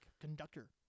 conductor